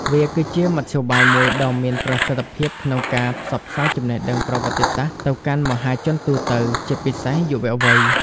វាគឺជាមធ្យោបាយមួយដ៏មានប្រសិទ្ធភាពក្នុងការផ្សព្វផ្សាយចំណេះដឹងប្រវត្តិសាស្ត្រទៅកាន់មហាជនទូទៅ ជាពិសេសយុវវ័យ។